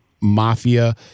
mafia